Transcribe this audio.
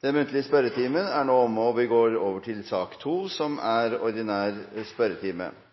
Det blir noen endringer i den oppsatte spørsmålslisten, og presidenten viser i den sammenheng til den elektroniske spørsmålslisten. – De foreslåtte endringene i dagens spørretime